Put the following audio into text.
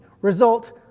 Result